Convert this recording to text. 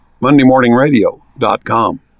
mondaymorningradio.com